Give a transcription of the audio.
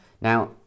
Now